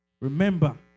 Remember